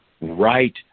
Right